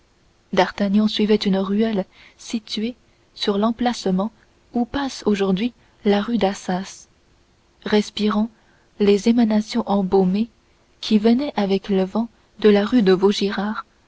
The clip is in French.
d'artagnan suivait une ruelle située sur l'emplacement où passe aujourd'hui la rue d'assas respirant les émanations embaumées qui venaient avec le vent de la rue de vaugirard